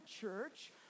church